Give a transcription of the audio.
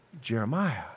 Jeremiah